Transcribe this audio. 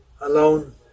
alone